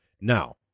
Now